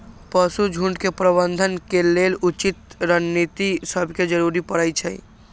पशु झुण्ड के प्रबंधन के लेल उचित रणनीति सभके जरूरी परै छइ